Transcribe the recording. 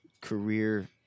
career